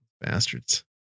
Bastards